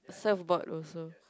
twelve board also